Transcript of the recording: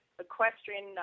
equestrian